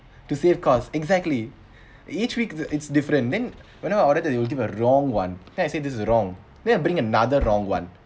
to save costs exactly each week the it's different then whenever I order that you will give a wrong one then I say this is wrong then he bring another wrong one